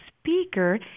speaker